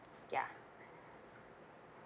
ya